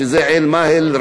שזה עין-מאהל,